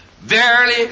Verily